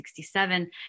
1967